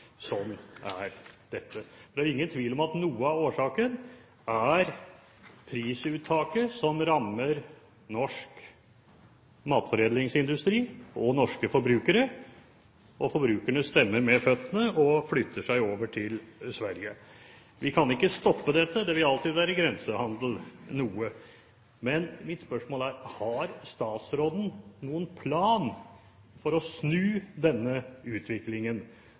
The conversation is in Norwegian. noe av årsaken er prisuttaket, som rammer norsk matforedlingsindustri og norske forbrukere, og forbrukerne stemmer med føttene og flytter seg over til Sverige. Vi kan ikke stoppe dette, det vil alltid være noe grensehandel. Men mitt spørsmål er: Har statsråden noen plan for å snu denne utviklingen?